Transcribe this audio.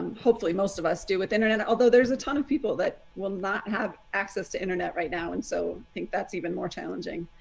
hopefully most of us do with internet, although there's a ton of people that will not have access to internet right now. and so i think that's even more challenging.